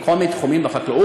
בכל מיני תחומים בחקלאות,